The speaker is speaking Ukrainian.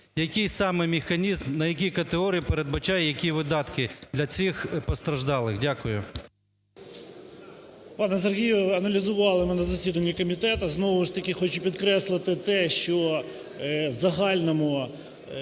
який саме механізм, на які категорії передбачає які видатки для цих постраждалих? Дякую. 17:01:28 ДЗЮБЛИК П.В. Пане Сергію, аналізували ми на засіданні комітету. Знову ж таки, хочу підкреслити те, що в загальному